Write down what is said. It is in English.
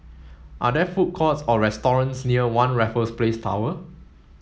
are there food courts or restaurants near One Raffles Place Tower